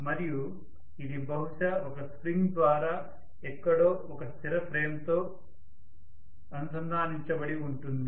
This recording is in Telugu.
మరియు ఇది బహుశా ఒక స్ప్రింగ్ ద్వారా ఎక్కడో ఒక స్థిర ఫ్రేమ్తో అనుసంధానించబడి ఉంటుంది